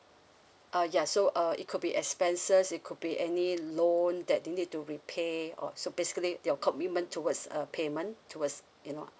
uh ya so uh it could be expenses it could be any loan that you need to repay or so basically your commitment towards a payment towards you know